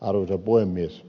arvoisa puhemies